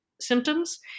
symptoms